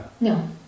no